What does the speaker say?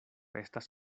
estas